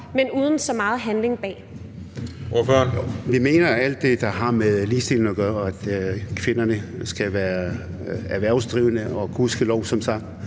Kl. 15:20 Naser Khader (KF): Vi mener alt det, der har med ligestilling at gøre, og at kvinderne skal være erhvervsdrivende, og som sagt